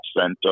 center